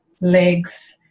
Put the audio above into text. legs